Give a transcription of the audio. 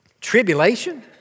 Tribulation